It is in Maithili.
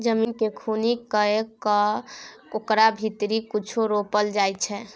जमीन केँ खुनि कए कय ओकरा भीतरी कुछो रोपल जाइ छै